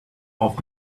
off